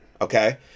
okay